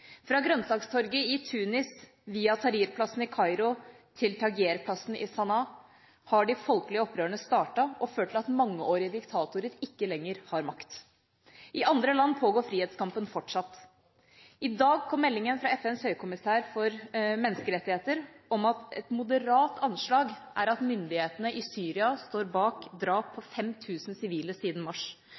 Fra grønnsaktorget i Tunis, via Tahrir-plassen i Kairo til Tagheer-plassen i Sanaa har de folkelige opprørene startet og ført til at mangeårige diktatorer ikke lenger har makt. I andre land pågår frihetskampen fortsatt. I dag kom meldingen fra FNs høykommissær for menneskerettigheter om at et moderat anslag er at myndighetene i Syria står bak drap på 5 000 sivile siden mars,